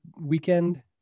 weekend